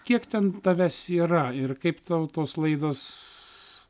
kiek ten tave siera ir kaip tau tos laidos